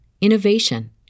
innovation